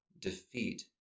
defeat